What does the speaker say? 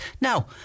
Now